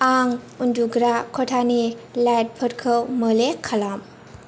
आं उन्दुग्रा खथानि लाइटफोरखौ मोले खालाम